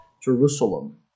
Jerusalem